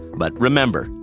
but remember,